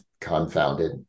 confounded